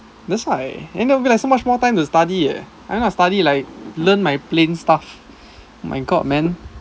that's why then there will be so much more time to study leh then I study like learn my plane stuff my god man